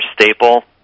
staple